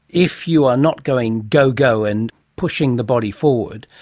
if you are not going go-go and pushing the body forward,